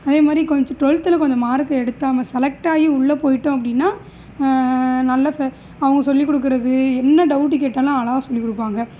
அதேமாதிரி கொஞ்சம் டுவெல்த்தில் கொஞ்சம் மார்க்கு எடுத்தால் நம்ம செலெக்டாகி உள்ளே போய்விட்டோம் அப்படின்னா நல்ல ஃபே அவங்க சொல்லி கொடுக்கறது என்ன டவுட்டு கேட்டாலும் அழகாக சொல்லிக் கொடுப்பாங்க